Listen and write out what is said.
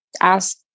ask